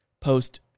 post